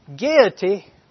Gaiety